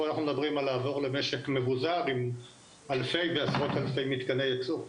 פה אנחנו מדברים על לעבור למשק מבוזר עם אלפי ועשרות אלפי מתקני ייצור.